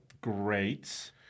great